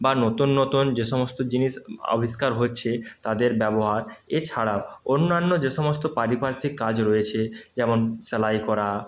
বা নতুন নতুন যে সমস্ত জিনিস আবিষ্কার হচ্ছে তাদের ব্যবহার এছাড়া অন্যান্য যে সমস্ত পারিপার্শ্বিক কাজ রয়েছে যেমন সেলাই করা